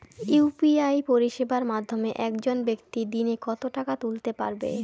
UPI পরিষেবার মাধ্যমে একজন ব্যাক্তি দিনে কত টাকা তুলতে পারবে?